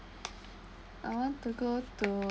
I want to go to